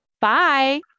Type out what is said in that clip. Bye